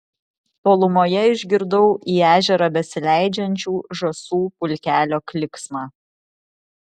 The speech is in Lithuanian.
tolumoje išgirdau į ežerą besileidžiančių žąsų pulkelio klyksmą